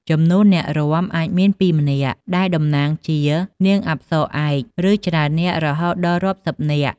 ចំនួនអ្នករាំអាចមានពីម្នាក់ ដែលតំណាងជា "នាងអប្សរា" ឯក ឬច្រើននាក់ រហូតដល់រាប់សិបនាក់។